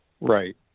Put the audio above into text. Right